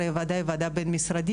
הרי הוועדה היא ועדה בין-משרדית,